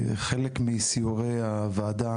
חלק מסיורי הוועדה,